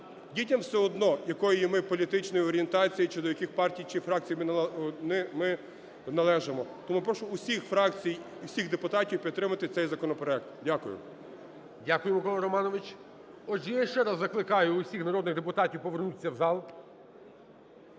дітям все одно, якої ми політичної орієнтації чи до яких партій чи фракцій ми належимо. Тому прошу усі фракції і всіх депутатів підтримати цей законопроект. Дякую. ГОЛОВУЮЧИЙ. Дякую, Микола Романович. Отже, я ще раз закликаю усіх народних депутатів повернутися в зал,